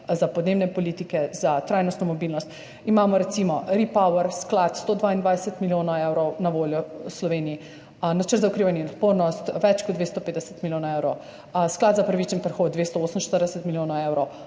za podnebne politike, za trajnostno mobilnost, imamo recimo sklad REPower, 122 milijonov evrov na voljo Sloveniji, Načrt za okrevanje in odpornost več kot 250 milijonov evrov, Sklad za pravični prehod 248 milijonov evrov,